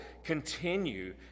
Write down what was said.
continue